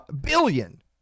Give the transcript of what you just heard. Billion